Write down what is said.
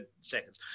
seconds